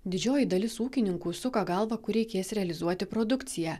didžioji dalis ūkininkų suka galvą kur reikės realizuoti produkciją